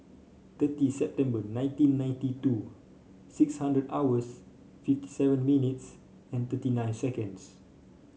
thirty September nineteen ninety two six hundred hours fifty seven minutes and thirty nine seconds